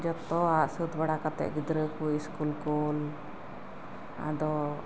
ᱡᱚᱛᱚᱣᱟᱜ ᱥᱟᱹᱛ ᱵᱟᱲᱟ ᱠᱟᱛᱮ ᱜᱤᱫᱽᱨᱟᱹ ᱠᱚ ᱤᱥᱠᱩᱞ ᱠᱳᱞ ᱟᱫᱚ